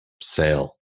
sale